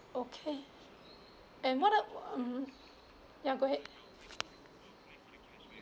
okay and what a um ya go ahead